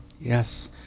yes